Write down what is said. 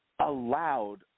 allowed